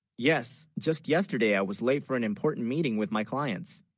yes just yesterday i was late for an important meeting with, my clients